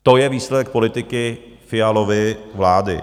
To je výsledek politiky Fialovy vlády.